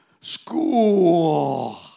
school